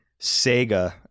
Sega